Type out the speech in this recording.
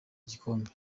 igikombe